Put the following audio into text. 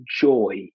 joy